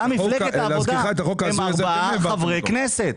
גם מפלגת העבודה היא עם ארבעה חברי כנסת.